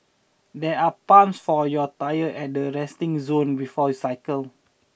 there are pumps for your tyres at the resting zone before you cycle